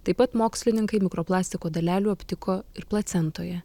taip pat mokslininkai mikroplastiko dalelių aptiko ir placentoje